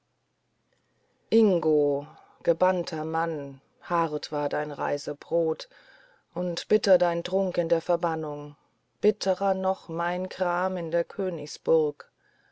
ingo gebannter mann hart war dein reisebrot und bitter dein trunk in der verbannung bitterer doch mein gram in der königsburg